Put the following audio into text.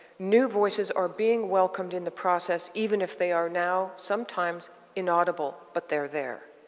new voices are being welcomed in the process even if they are now sometimes inaudible. but they're there.